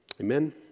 Amen